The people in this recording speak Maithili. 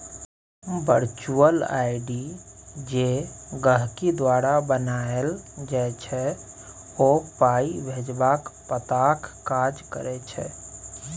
बर्चुअल आइ.डी जे गहिंकी द्वारा बनाएल जाइ छै ओ पाइ भेजबाक पताक काज करै छै